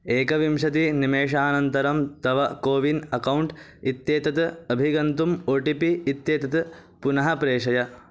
एकविंशतिनिमेषानन्तरं तव CoWIN account इत्येतत् अभिगन्तुम् ओ टि पि इत्येतत् पुनः प्रेषय